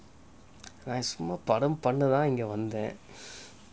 நான் சும்மா படம் பண்ணதான் இங்க வந்தேன்:nan chumma padam pannathan inga vantaen